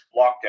Lockdown